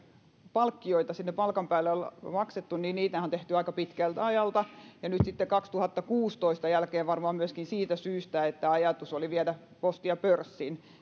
palkkioita palkan päälle on maksettu on tehty aika pitkältä ajalta ja nyt vuoden kaksituhattakuusitoista jälkeen on uusia ohjelmia tehty osittain varmaan myöskin siitä syystä että ajatus oli viedä postia pörssiin